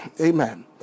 Amen